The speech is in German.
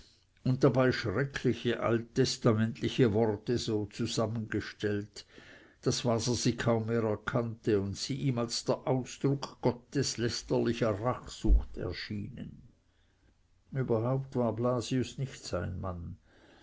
und dabei schreckliche alttestamentliche worte so zusammengestellt daß waser sie kaum mehr erkannte und sie ihm als der ausdruck gotteslästerlicher rachsucht erschienen überhaupt war blasius nicht sein mann